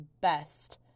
best